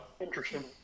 interesting